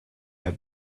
had